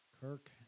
Kirk